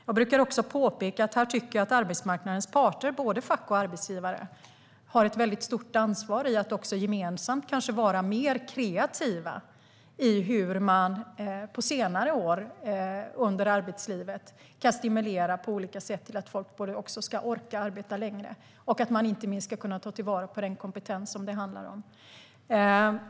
Jag brukar påpeka att arbetsmarknadens parter, både fack och arbetsgivare, här har ett väldigt stort ansvar i att gemensamt kanske vara mer kreativa i hur man på olika sätt kan stimulera på senare år under arbetslivet så att människor ska orka arbeta längre och att man inte minst kan ta till vara den kompetens det handlar om.